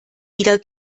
wieder